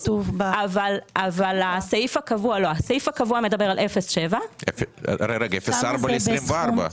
אבל הסעיף הקבוע מדבר על 0.7%. 0.4% ל-2024.